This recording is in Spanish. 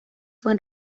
fue